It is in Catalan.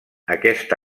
aquest